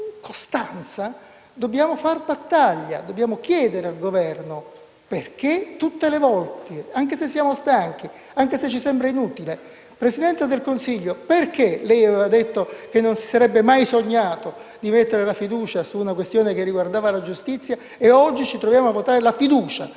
con costanza, dobbiamo far battaglia e chiedere conto al Governo tutte le volte, anche se siamo stanchi, anche se ci sembra inutile. Presidente del Consiglio, perché lei aveva detto che non si sarebbe mai sognato di mettere la fiducia su una questione che riguardava la giustizia e oggi ci troviamo a votare la fiducia